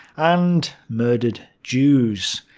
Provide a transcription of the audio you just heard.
and murdered jews.